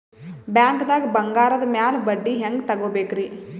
ಬ್ಯಾಂಕ್ದಾಗ ಬಂಗಾರದ್ ಮ್ಯಾಲ್ ಬಡ್ಡಿ ಹೆಂಗ್ ತಗೋಬೇಕ್ರಿ?